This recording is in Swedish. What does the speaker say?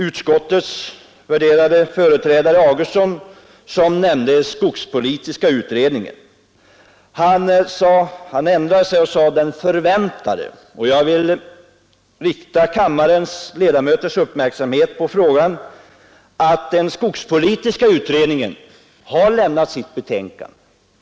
Utskottets värderade företrädare herr Augustsson nämnde den skogspolitiska utredningen — han ändrade sig och sade ”den förväntade”. Jag vill rikta kammarens ledamöters uppmärksamhet på att den skogspolitiska utredningen har avlämnat sitt betänkande.